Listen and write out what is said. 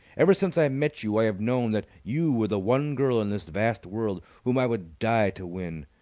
ever since i met you i have known that you were the one girl in this vast world whom i would die to win!